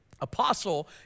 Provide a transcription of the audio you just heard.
Apostle